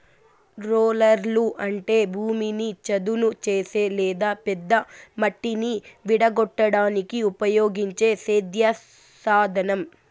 రోలర్లు అంటే భూమిని చదును చేసే లేదా పెద్ద మట్టిని విడగొట్టడానికి ఉపయోగించే సేద్య సాధనం